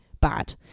bad